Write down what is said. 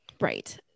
Right